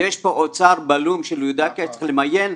יש פה אוצר בלום של --- צריך למיין,